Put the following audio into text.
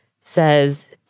says